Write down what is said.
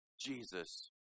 Jesus